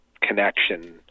connection